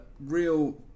real